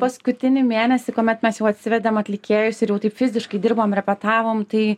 paskutinį mėnesį kuomet mes jau atsivedėm atlikėjus ir jau taip fiziškai dirbom repetavom tai